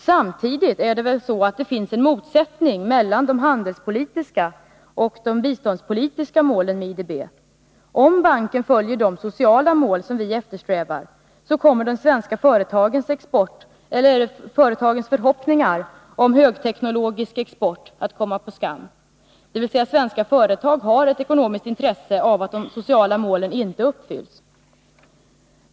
Samtidigt är det väl så att det finns en motsättning mellan de handelspolitiska och de biståndspolitiska målen när det gäller IDB. Om banken följer de sociala mål som vi eftersträvar, kommer de svenska företagens förhoppningar om högteknologisk export att komma på skam, dvs. svenska företag har ett ekonomiskt intresse av att de sociala målen inte uppfylls.